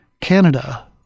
Canada